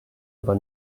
aber